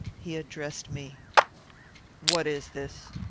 he addressed me what is this?